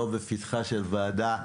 לא בפתחה של הוועדה,